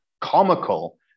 comical